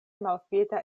malkvieta